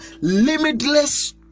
limitless